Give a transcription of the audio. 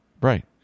Right